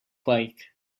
like